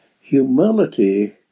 Humility